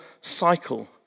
cycle